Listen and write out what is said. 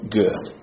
good